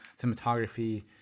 cinematography